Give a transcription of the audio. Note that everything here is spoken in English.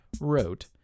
wrote